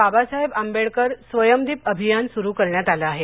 बाबासाहेब आंबेडकर स्वयंदीप अभियान सुरु करण्यात आलं आहे